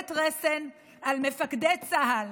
משולחת רסן, על מפקדי צה"ל,